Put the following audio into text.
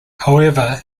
however